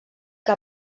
que